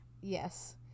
Yes